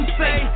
say